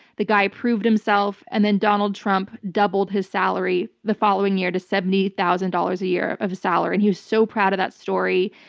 the guy proved himself and then donald trump doubled his salary the following year to seventy thousand dollars a year of salary. and he was so proud of that story.